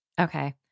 Okay